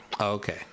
Okay